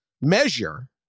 measure